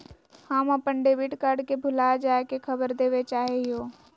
हम अप्पन debit card के भुला जाये के खबर देवे चाहे हियो